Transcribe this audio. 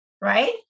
Right